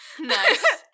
Nice